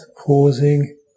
pausing